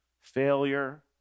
failure